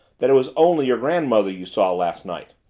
that it was only your grandmother you saw last night.